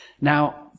Now